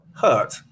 Hurt